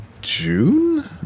June